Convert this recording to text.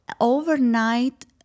overnight